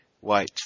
White